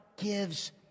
Gives